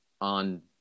on